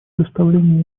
предоставлении